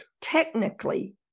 Technically